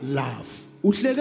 laugh